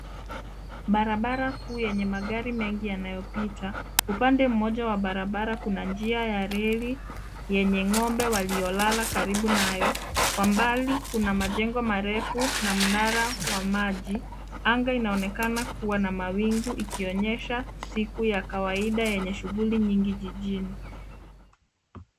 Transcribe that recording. Barabara kuu yenye magari mengi yanayopita. Upande mmoja wa barabara kuna njia ya reli yenye ng'ombe waliolala karibu nayo. Kwa mbali, kuna majengo marefu na mnara wa maji. Anga inaonekana kuwa na mawingu ikionyesha siku ya kawaida yenye shughuli nyingi jijini.